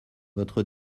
votre